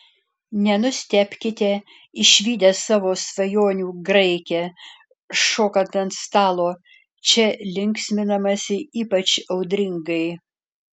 nenustebkite išvydę savo svajonių graikę šokant ant stalo čia linksminamasi ypač audringai